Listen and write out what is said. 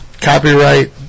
copyright